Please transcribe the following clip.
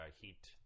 heat